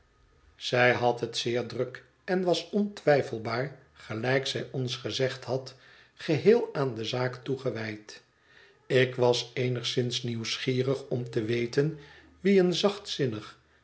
zij had het zeer druk en was ontwijfelbaar gelijk zij ons gezegd had geheel aan de zaak toegewijd ik was eenigszins nieuwsgierig om te weten wie een